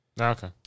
Okay